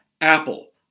Apple